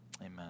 Amen